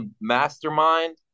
mastermind